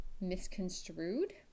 misconstrued